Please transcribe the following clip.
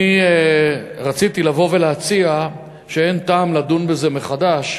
אני רציתי לבוא ולהציע שאין טעם לדון בזה מחדש.